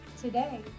Today